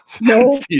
No